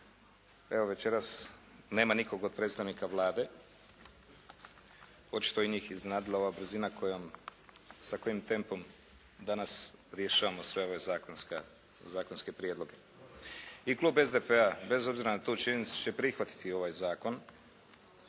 evo večeras nema nikog od predstavnika Vlade, očito je i njih iznenadila ova brzina sa kojim tempom rješavamo sve ove zakonske prijedloge. I klub SDP-a bez obzira na tu činjenicu će prihvatiti ovaj Zakon,